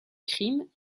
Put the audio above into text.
crime